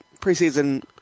preseason